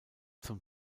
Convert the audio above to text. zum